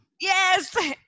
yes